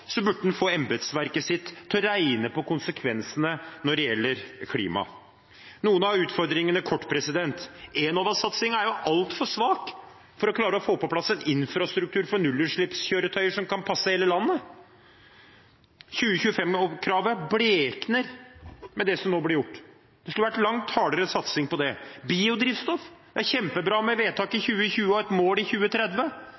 burde ha fått embetsverket sitt til å regne på konsekvensene når det gjelder klima. Kort om noen av utfordringene: Enova-satsingen er altfor svak til å klare å få på plass en infrastruktur for nullutslippskjøretøy som kan passe hele landet. 2025-kravet blekner med det som nå blir gjort. Det skulle vært langt hardere satsing på det. Når det gjelder biodrivstoff, er det kjempebra med vedtak i